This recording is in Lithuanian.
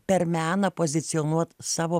per meną pozicionuot savo